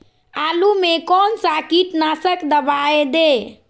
आलू में कौन सा कीटनाशक दवाएं दे?